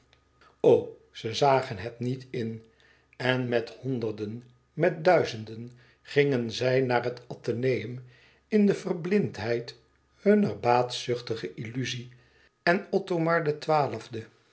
ze zagen het niet in en met honderden met duizenden gingen zij naar het atheneum in de verblindheid hunner baatzuchtige illuzie en